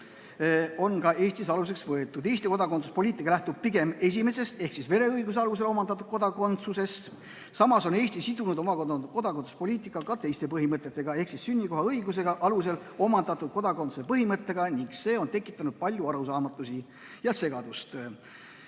on ka Eestis aluseks võetud. Eesti kodakondsuspoliitika lähtub pigem esimesest ehk siis vereõiguse alusel omandatud kodakondsusest. Samas on Eesti sidunud oma kodakondsuspoliitika ka teiste põhimõtetega ehk sünnikohaõiguse alusel omandatud kodakondsuse põhimõttega ning see on tekitanud palju arusaamatusi ja segadust.